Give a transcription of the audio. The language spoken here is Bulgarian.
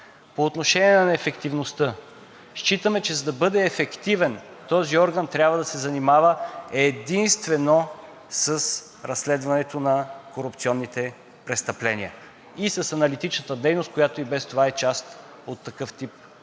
По отношение на ефективността. Считаме, че за да бъде ефективен този орган, трябва да се занимава единствено с разследването на корупционните престъпления и с аналитичната дейност, която и без това е част от такъв тип